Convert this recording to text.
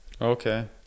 Okay